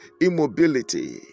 immobility